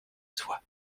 soi